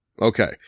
Okay